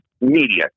media